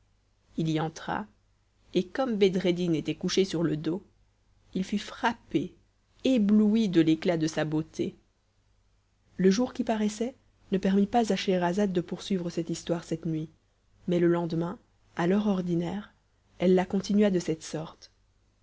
il y entra et comme bedreddin était couché sur le dos il fut frappé ébloui de l'éclat de sa beauté le jour qui paraissait ne permit pas à scheherazade de poursuivre cette histoire cette nuit mais le lendemain à l'heure ordinaire elle la continua de cette sorte